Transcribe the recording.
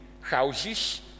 houses